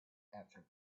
answered